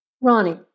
Ronnie